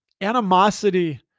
animosity